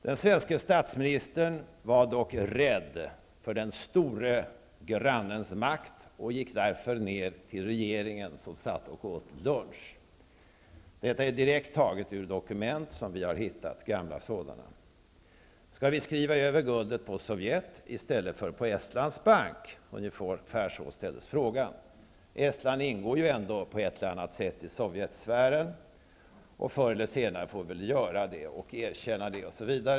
Den svenske statsministern var dock rädd för den store grannens makt och gick därför ned till regeringen, som satt och åt lunch. Detta är direkt taget ur gamla dokument som vi har hittat. Skall vi skriva över guldet på Sovjet i stället för på Estlands bank? Ungefär så ställdes frågan. Estland ingår ju ändå på ett eller annat sätt i Sovjetsfären, och förr eller senare får vi väl erkänna det.